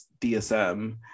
DSM